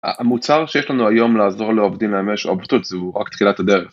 המוצר שיש לנו היום לעזור לעובדים לממש אופציות זה רק תחילת הדרך.